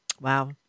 wow